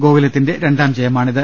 Goku ലത്തിന്റെ രണ്ടാം ജയമാണിത്